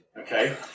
Okay